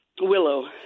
Willow